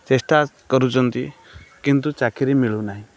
ଚେଷ୍ଟା କରୁଛନ୍ତି କିନ୍ତୁ ଚାକିରି ମିଳୁ ନାହିଁ